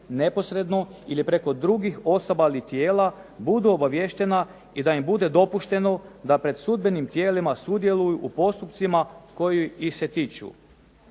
neposredno ili preko drugih osoba ili tijela budu obaviještena i da im bude dopušteno da pred sudbenim tijelima sudjeluju u postupcima koji ih se tiču.